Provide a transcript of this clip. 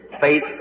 faith